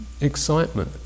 excitement